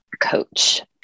coach